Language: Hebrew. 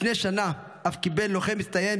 לפני שנה אף קיבל לוחם מצטיין,